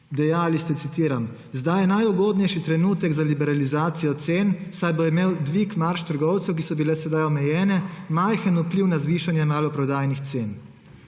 Dejali ste, citiram: »Zdaj je najugodnejši trenutek za liberalizacijo cen, saj bo imel dvig marž trgovcev, ki so bile sedaj omejene, majhen vpliv na zvišanje maloprodajnih cen.«